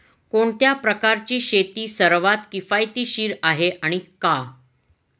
कोणत्या प्रकारची शेती सर्वात किफायतशीर आहे आणि का?